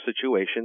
situation